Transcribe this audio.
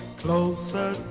closer